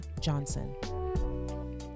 Johnson